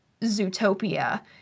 Zootopia